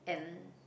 and